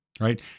right